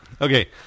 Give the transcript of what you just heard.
Okay